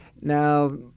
Now